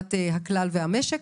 לטובת הכלל והמשק.